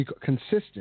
consistent